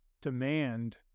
demand